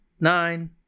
nine